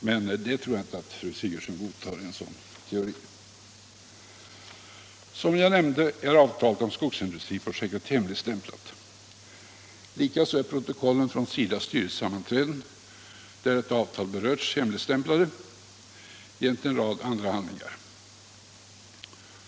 Men en sådan teori tror jag inte Som jag nämnde är avtalet om skogsindustriprojektet hemligstämplat. Likaså är protokollen från SIDA:s styrelsesammanträden, där detta avtal berörts, hemligstämplade, jämte en rad andra handlingar.